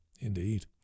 Indeed